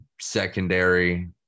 secondary –